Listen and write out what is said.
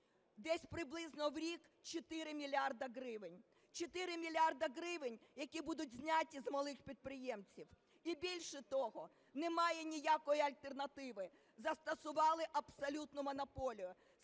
десь приблизно в рік 4 мільярди гривень, 4 мільярди гривень, які будуть зняті з малих підприємців. І, більше того, немає ніякої альтернативи, застосували абсолютну монополію.